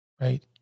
right